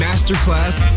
Masterclass